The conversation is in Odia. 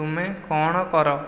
ତୁମେ କ'ଣ କର